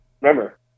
remember